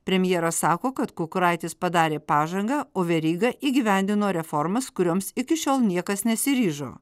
premjeras sako kad kukuraitis padarė pažangą o veryga įgyvendino reformas kurioms iki šiol niekas nesiryžo